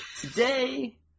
today